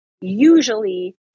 usually